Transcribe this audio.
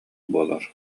буолар